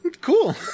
cool